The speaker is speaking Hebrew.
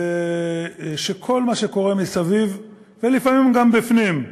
שכל מה שקורה מסביב ולפעמים גם בפנים,